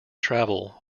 travel